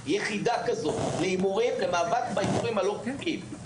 יחידה כזו למאבק בהימורים הלא חוקיים.